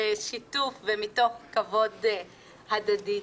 בשיתוף, ומתוך כבוד הדדי.